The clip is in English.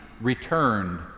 returned